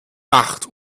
macht